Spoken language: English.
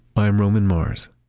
i am roman mars